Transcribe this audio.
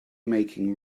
making